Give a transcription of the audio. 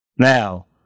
Now